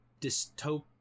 dystopian